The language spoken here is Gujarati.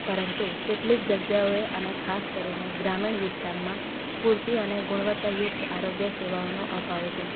પરંતુ કેટલીક જગ્યાઓએ અને ખાસ કરીને ગ્રામીણ વિસ્તારમાં પૂરતી અને ગુણવત્તા યુક્ત આરોગ્ય સેવાઓનો અભાવ છે